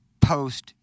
post